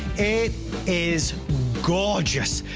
it is gorgeous!